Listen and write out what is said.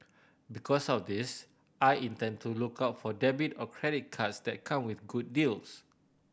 because of this I intend to look out for debit or credit cards that come with good deals